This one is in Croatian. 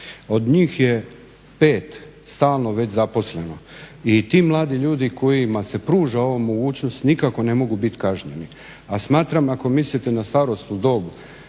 od njih je 5 stalno već zaposleno i ti mladi ljudi kojima se pruža ova mogućnost nikako ne mogu biti kažnjeni, a smatram ako mislite na starosnu dob